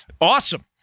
Awesome